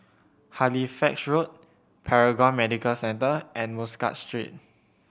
Halifax Road Paragon Medical Centre and Muscat Street